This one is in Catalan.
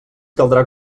caldrà